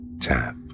tap